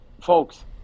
folks